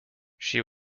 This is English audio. she